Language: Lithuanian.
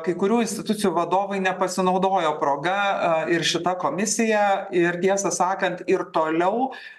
kai kurių institucijų vadovai nepasinaudojo proga a ir šita komisija ir tiesą sakant ir toliau